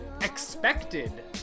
expected